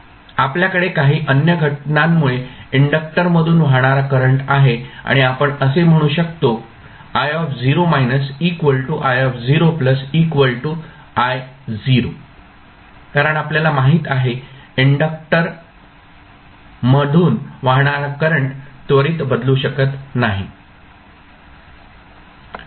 आपल्याकडे काही अन्य घटनांमुळे इंडक्टर मधून वाहणारा करंट आहे आणि आपण असे म्हणू शकतो कारण आपल्याला माहित आहे इंडक्टक्टर मधून वाहणारा करंट त्वरित बदलू शकत नाहीत